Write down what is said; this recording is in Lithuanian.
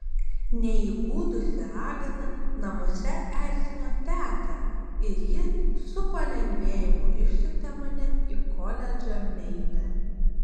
neįgudusi ragana namuose erzino tetą ir ji su palengvėjimu išsiuntė mane į koledžą meine